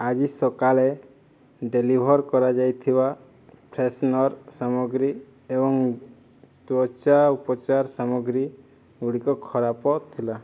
ଆଜି ସକାଳେ ଡେଲିଭର୍ କରାଯାଇଥିବା ଫ୍ରେଶନର୍ ସାମଗ୍ରୀ ଏବଂ ତ୍ଵଚା ଉପଚାର ସାମଗ୍ରୀ ଗୁଡ଼ିକ ଖରାପ ଥିଲା